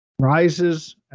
Rises